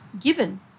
given